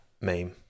meme